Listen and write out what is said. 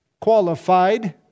qualified